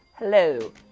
Hello